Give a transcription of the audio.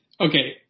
Okay